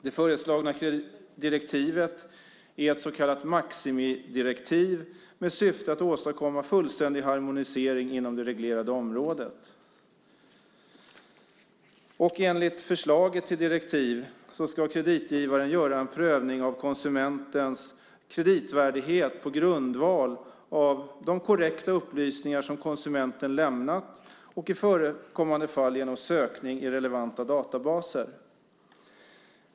Det föreslagna direktivet är ett så kallat maximidirektiv med syfte att åstadkomma fullständig harmonisering inom det reglerade området. Enligt förslaget till direktiv ska kreditgivaren göra en prövning av konsumentens kreditvärdighet på grundval av de korrekta upplysningar som konsumenten lämnat och i förekommande fall genom sökning i relevanta databaser.